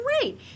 great